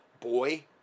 boy